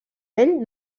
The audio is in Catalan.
ell